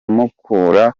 mukura